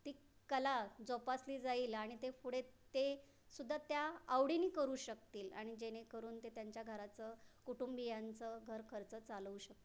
ती कला जोपासली जाईल आणि ते पुढे ते सुद्धा त्या आवडीनी करू शकतील आणि जेणेकरून ते त्यांच्या घराचं कुटुंबीयांचं घरखर्च चालवू शकतील